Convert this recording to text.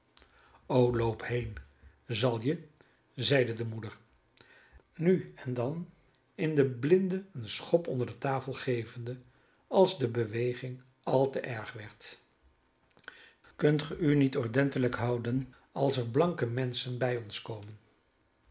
loopt heen zal je zeide de moeder nu en dan in den blinde een schop onder de tafel gevende als de beweging al te erg werd kunt ge u niet ordentelijk houden als er blanke menschen bij ons komen